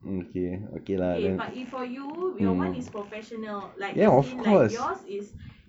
okay but if for you your [one] is professional like as in like yours is